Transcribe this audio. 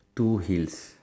two heels